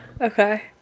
Okay